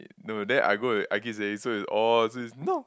no then I go and I keep saying so it's orh so it's no